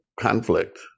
conflict